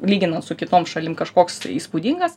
lyginant su kitom šalim kažkoks įspūdingas